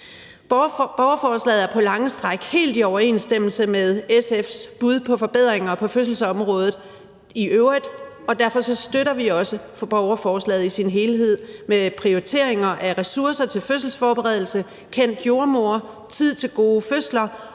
Borgerforslaget er på lange stræk helt i overensstemmelse med SF’s bud på forbedringer på fødselsområdet i øvrigt, og derfor støtter vi også borgerforslaget i sin helhed med prioriteringer af ressourcer til fødselsforberedelse, kendt jordemoder, tid til gode fødsler